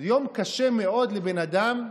שזה יום קשה מאוד לבן אדם,